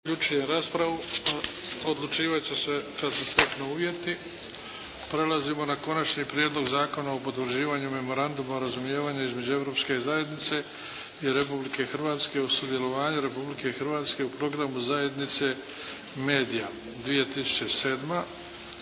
**Bebić, Luka (HDZ)** Prelazimo na – 5. Prijedlog Zakona o potvrđivanju memoranduma o razumijevanju između Europske zajednice i Republike Hrvatske o sudjelovanju Republike Hrvatske u Programu zajednice Media 2007.